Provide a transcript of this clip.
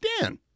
Dan